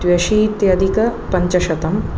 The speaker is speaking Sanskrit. द्व्यशीत्यधिकपञ्चशतं